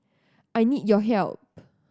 I need your help